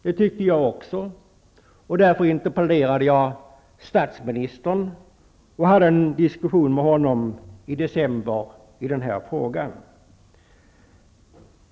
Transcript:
Det tyckte jag också, och därför interpellerade jag statsministern och hade en diskussion med honom i december i den här frågan.